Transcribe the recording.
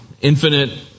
infinite